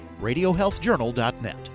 radiohealthjournal.net